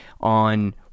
on